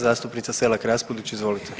Zastupnica Selak Raspudić, izvolite.